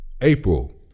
April